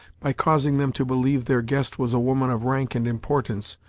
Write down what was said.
by causing them to believe their guest was a woman of rank and importance,